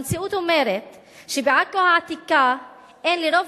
המציאות אומרת שבעכו העתיקה אין לרוב